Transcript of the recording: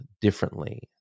differently